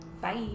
Bye